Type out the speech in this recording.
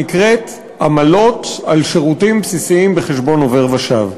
שנקראת עמלות על שירותים בסיסיים בחשבון עובר ושב.